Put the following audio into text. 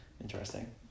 Interesting